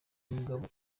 mugabo